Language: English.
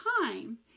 time